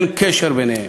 אין קשר ביניהן.